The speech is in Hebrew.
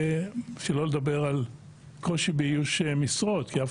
שלא לדבר על קושי באיוש משרות כי אף